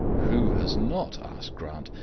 who has not? asked grant,